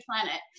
planet